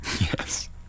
Yes